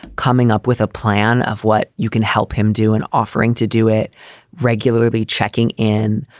coming up with a plan of what you can help him do and offering to do it regularly, checking in,